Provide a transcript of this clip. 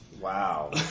Wow